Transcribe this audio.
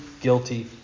guilty